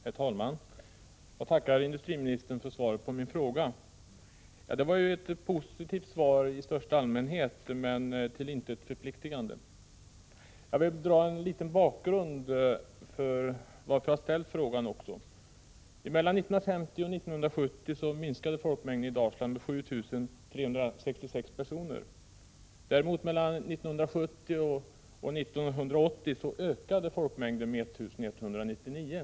Herr talman! Jag tackar industriministern för svaret på min fråga. Det var ett i största allmänhet positivt men till intet förpliktande svar. Bakgrunden till att jag har ställt frågan är följande. Mellan 1950 och 1970 minskade folkmängden i Dalsland med 7 366 personer. Mellan 1970 och 1980 ökade folkmängden däremot med 1 199 personer.